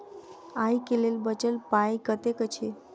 आइ केँ लेल बचल पाय कतेक अछि?